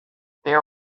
there